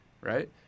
right